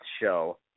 show